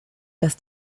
dass